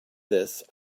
this